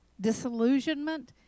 disillusionment